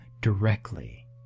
directly